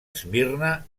esmirna